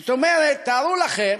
זאת אומרת, תארו לכם